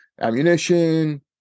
Ammunition